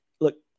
Look